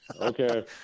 Okay